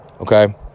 Okay